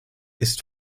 ist